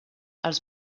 als